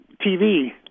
TV